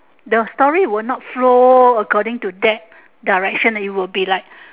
the story would not flow according to that direction any it will be like